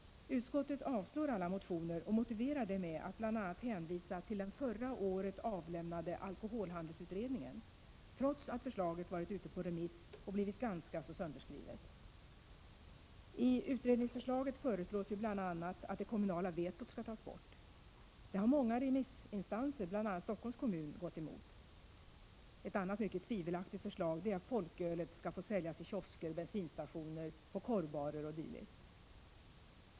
Utskottet avstyrker alla motioner och motiverar detta med att bl.a. hänvisa till den förra året avlämnade alkoholhandelsutredningen, trots att förslaget varit ute på remiss och blivit ganska sönderskrivet. I utredningsförslaget föreslås ju bl.a. att det kommunala vetot skall tas bort. Det har många remissinstaner — bl.a. Stockholms kommun — gått emot. Ett annat mycket tvivelaktigt förslag är att folkölet skall få säljas i kiosker, bensinstationer, korvbarer o. d.